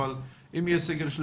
אבל אם יהיה כזה,